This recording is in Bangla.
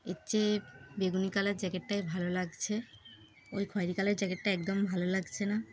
এর চেয়ে বেগুনি কালার জ্যাকেটটাই ভালো লাগছে ওই খয়রি কালার জ্যাকেটটা একদম ভালো লাগছে না